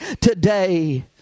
today